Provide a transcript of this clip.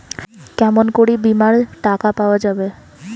কেমন করি বীমার টাকা পাওয়া যাবে?